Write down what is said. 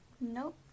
nope